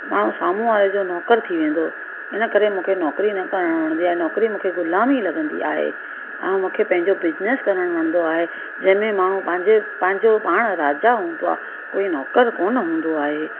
माण्हू साम्हूं वारे जो नौकरु थी वेंदो इनकरे मूंखे नौकिरी न करणु वणंदी आहे नौकिरी मूंखे ग़ुलामी लॻंदी आहे ऐं मूंखे पंहिंजो बिजनेस करणु वणंदो आहे जंहिंमें माण्हू पंहिंजो पंहिंजो पाण राजा हूंदो आहे कोई नौकरु कोन हूंदो आहे